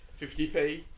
50p